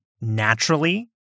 naturally